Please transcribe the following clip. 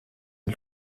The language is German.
der